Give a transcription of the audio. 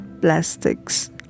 Plastics